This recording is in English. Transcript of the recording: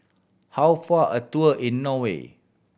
how far a tour in Norway